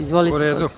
Izvolite.